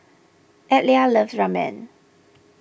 Adlai loves Ramen